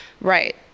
Right